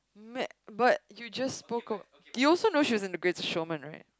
mad but you just spoke about you also know she's under the Greatest Showman right